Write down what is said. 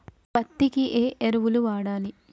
పత్తి కి ఏ ఎరువులు వాడాలి?